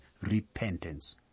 repentance